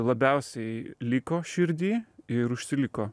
labiausiai liko širdį ir užsiliko